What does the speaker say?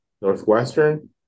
Northwestern